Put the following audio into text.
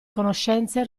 conoscenze